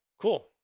cool